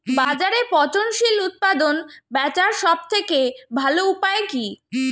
বাজারে পচনশীল উৎপাদন বেচার সবথেকে ভালো উপায় কি?